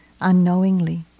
unknowingly